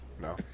No